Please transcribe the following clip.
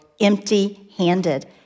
empty-handed